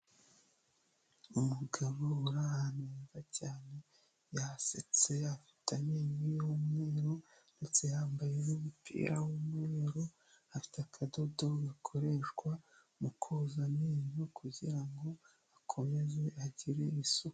Umugabo uri ahantu heza cyane yasetse afite ameyo y'umweruru ndetse yambaye umupira w'umweru afite akadodo gakoreshwa mu koza amenyo kugirango akomeze agire isuku.